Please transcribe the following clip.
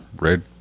red